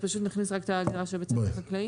נכניס רק הגדרה של בית ספר חקלאי?